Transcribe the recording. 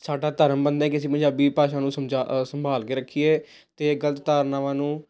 ਸਾਡਾ ਧਰਮ ਬਣਦਾ ਹੈ ਕਿ ਅਸੀਂ ਪੰਜਾਬੀ ਭਾਸ਼ਾ ਨੂੰ ਸਮਝਾ ਸੰਭਾਲ ਕੇ ਰੱਖੀਏ ਅਤੇ ਗਲਤ ਧਾਰਨਾਵਾਂ ਨੂੰ